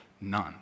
None